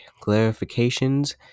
clarifications